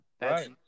Right